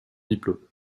diplôme